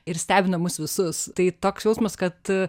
ir stebina mus visus tai toks jausmas kad